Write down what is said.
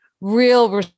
real